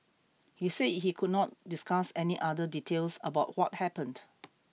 he said he could not discuss any other details about what happened